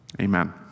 Amen